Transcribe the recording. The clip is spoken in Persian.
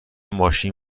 ماشین